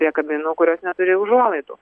prie kabinų kurios neturi užuolaidų